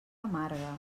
amarga